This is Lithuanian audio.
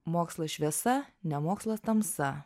mokslas šviesa ne mokslas tamsa